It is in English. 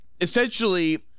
essentially